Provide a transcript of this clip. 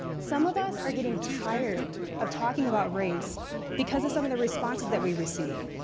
some of us are getting tired of talking about race because of some of the responses that we receive,